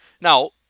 Now